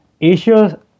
Asia